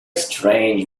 strange